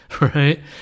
right